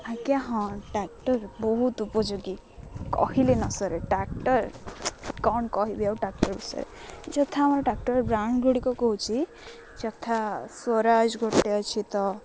ଆଜ୍ଞା ହଁ ଟ୍ରାକ୍ଟର୍ ବହୁତ ଉପଯୋଗୀ କହିଲେ ନ ସରେ ଟ୍ରାକ୍ଟର୍ କ'ଣ କହିବି ଆଉ ଟ୍ରାକ୍ଟର୍ ବିଷୟରେ ଯଥା ଆମର ଟ୍ରାକ୍ଟର୍ ବ୍ରାଣ୍ଡ ଗୁଡ଼ିକ କହୁଛି ଯଥା ସ୍ଵରାଜ ଗୋଟେ ଅଛି ତ